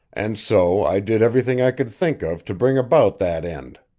and so i did everything i could think of to bring about that end.